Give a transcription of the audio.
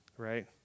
Right